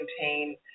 maintain